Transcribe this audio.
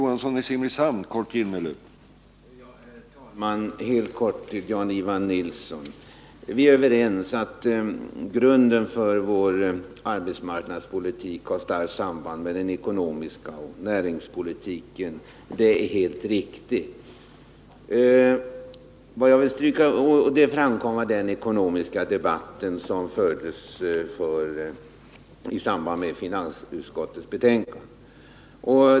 Herr talman! Helt kort, Jan-Ivan Nilsson: Vi är överens om att grunden för arbetsmarknadspolitiken har starkt samband med den ekonomiska politiken och näringspolitiken. Det är helt riktigt. Det framkom vid årets finansdebatt här i kammaren.